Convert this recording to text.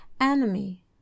enemy